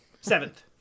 Seventh